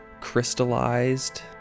crystallized